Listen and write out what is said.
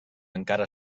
encara